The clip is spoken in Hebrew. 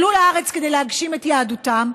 עלו לארץ כדי להגשים יהדותם,